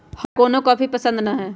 हमरा कोनो कॉफी पसंदे न हए